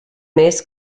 més